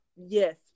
Yes